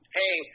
hey